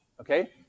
okay